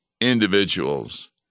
individuals